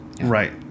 Right